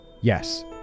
yes